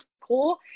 cool